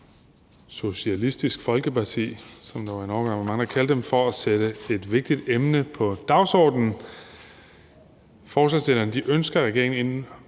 Socialistisk Folkeparti, som der en overgang var mange der kaldte dem for – for at sætte et vigtigt emne på dagsordenen. Forslagsstillerne ønsker, at regeringen inden